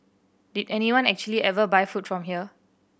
did anyone actually ever buy food from here